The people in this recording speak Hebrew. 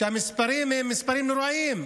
אנחנו רואים שהמספרים נוראיים.